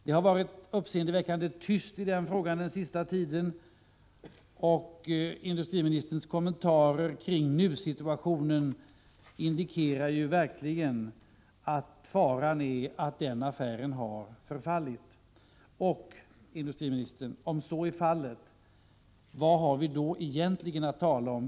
Det har på sista tiden varit uppseendeväckande tyst i denna fråga, och industriministerns kommentarer till nusituationen indikerar verkligen att det är fara värt att denna affär förfallit. Om så är fallet, industriministern, vad har vi då egentligen att tala om?